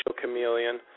Chameleon